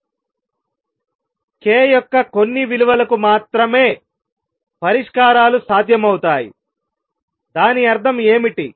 k యొక్క కొన్ని విలువలకు మాత్రమే పరిష్కారాలు సాధ్యమవుతాయిదాని అర్థం ఏమిటి